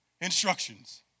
instructions